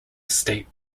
state